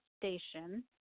station